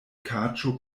kaĝo